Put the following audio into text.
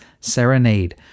serenade